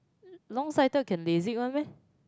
longsighted can lasik one meh